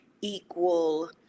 equal